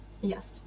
yes